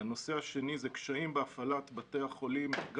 הנושא השני הוא הקשיים בהפעלת בתי החולים בפריפריה